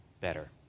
better